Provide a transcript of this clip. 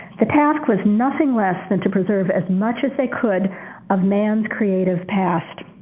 the task was nothing less than to preserve as much as they could of man's creative past.